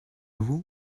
vous